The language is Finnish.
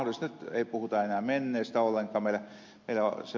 nyt ei puhuta enää menneestä ollenkaan